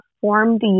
formed